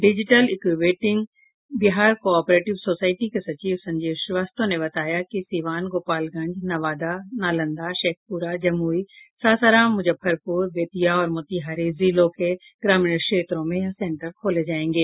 digital incubating Bihar cooperative society के सचिव संजीव श्रीवास्तव ने बताया कि सिवान गोपालगंज नवादा नालंदा शेखपुरा जमुई सासाराम मुजफ्फरपुर बेत्तिया और मोतिहारी जिलों के ग्रामीण क्षेत्रों में यह सेंटर खोले जायेंगे